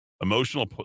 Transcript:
Emotional